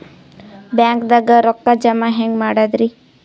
ಬ್ಯಾಂಕ್ದಾಗ ರೊಕ್ಕ ಜಮ ಹೆಂಗ್ ಮಾಡದ್ರಿ?